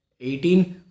18